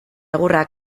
egurra